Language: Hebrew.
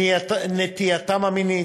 נטייתם המינית,